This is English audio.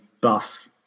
Buff